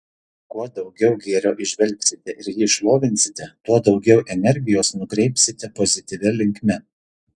kuo daugiau gėrio įžvelgsite ir jį šlovinsite tuo daugiau energijos nukreipsite pozityvia linkme